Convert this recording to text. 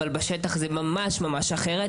אבל בשטח זה ממש אחרת,